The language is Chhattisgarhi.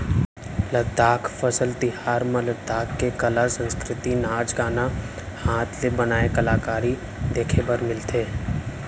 लद्दाख फसल तिहार म लद्दाख के कला, संस्कृति, नाच गाना, हात ले बनाए कलाकारी देखे बर मिलथे